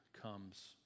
comes